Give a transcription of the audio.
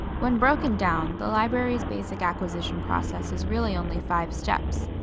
when broken down, the library's basic acquisition process is really only five steps.